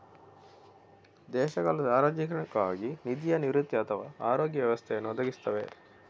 ದೇಶಗಳು ಸಾರ್ವಜನಿಕವಾಗಿ ನಿಧಿಯ ನಿವೃತ್ತಿ ಅಥವಾ ಆರೋಗ್ಯ ವ್ಯವಸ್ಥೆಯನ್ನು ಒದಗಿಸುತ್ತವೆ